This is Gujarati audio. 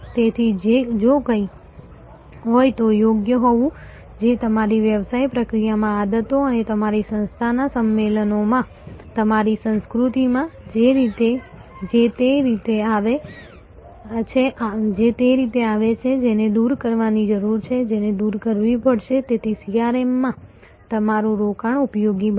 તેથી જો કંઈ હોય તો યોગ્ય હોવું જે તમારી વ્યવસાય પ્રક્રિયામાં આદતો અને તમારી સંસ્થાના સંમેલનોમાં તમારી સંસ્કૃતિમાં છે જે તે રીતે આવે છે જેને દૂર કરવાની જરૂર છે જેને દૂર કરવી પડશે જેથી CRMમાં તમારું રોકાણ ઉપયોગી બને